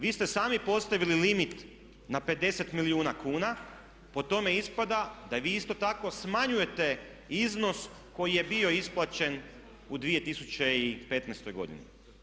Vi ste sami postavili limit na 50 milijuna kuna, po tome ispada da vi isto tako smanjujete iznos koji je bio isplaćen u 2015. godini.